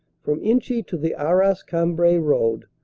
from inchy to the arras-cambrai road,